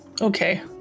Okay